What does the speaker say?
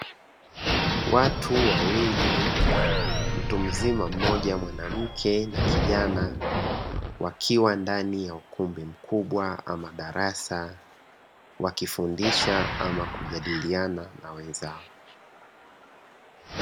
Watu wawili; mtu mzima mmoja mwanamke na kijana, wakiwa ndani ya ukumbi mkubwa ama darasa, wakifundisha ama kujadiliana na wenzao.